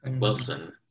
Wilson